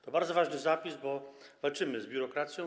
To bardzo ważny zapis, bo walczymy z biurokracją.